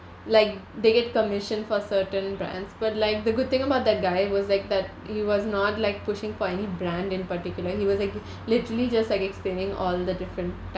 like they get commission for certain brands but like the good thing about that guy was like that he was not like pushing for any brand in particular he was like literally just like explaining all the different